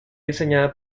diseñada